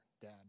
Dad